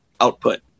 output